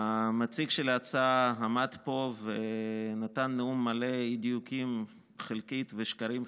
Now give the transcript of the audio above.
המציג של ההצעה עמד פה ונתן נאום מלא אי-דיוקים חלקית ושקרים חלקית,